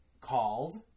called